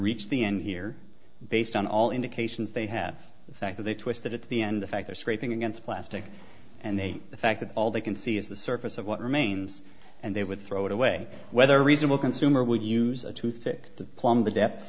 reach the end here based on all indications they have the fact that they twisted at the end the fact they're scraping against plastic and they ate the fact that all they can see is the surface of what remains and they would throw it away whether reasonable consumer would use a toothpick to plumb the depths